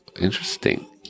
interesting